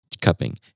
cupping